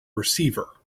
receiver